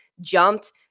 jumped